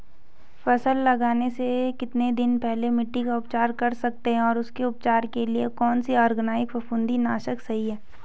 फसल लगाने से कितने दिन पहले मिट्टी का उपचार कर सकते हैं और उसके उपचार के लिए कौन सा ऑर्गैनिक फफूंदी नाशक सही है?